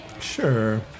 Sure